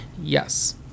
Yes